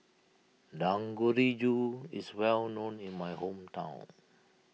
Dangojiru is well known in my hometown